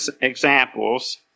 examples